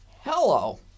Hello